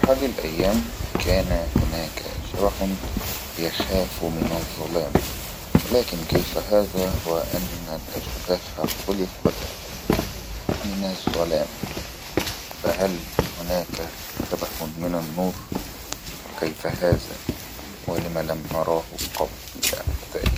في احد الأيام كان هناك شبح يخاف من الظلام ولكن كيف هذا هو ان الأشباح خلقت من الظلام فهل هناك شبح من النور وكيف هذا ولم لم نراه قبل ذلك